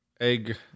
egg